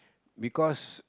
because